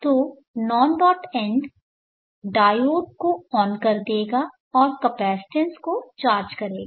तो non dot and diode को on कर देगा और इस कैपेसिटेंस को चार्ज करेगा